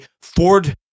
Ford